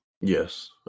Yes